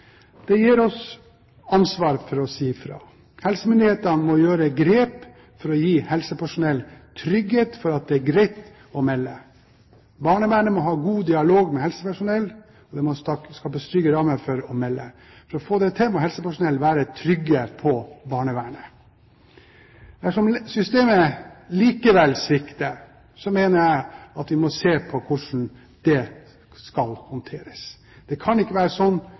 Det gir oss ansvar for å si fra. Helsemyndighetene må gjøre grep for å gi helsepersonell trygghet for at det er greit å melde. Barnevernet må ha god dialog med helsepersonell, og det må skapes trygge rammer for å melde. For å få det til må helsepersonell være trygge på barnevernet. Dersom systemet likevel svikter, mener jeg at vi må se på hvordan det skal håndteres. Det kan ikke være sånn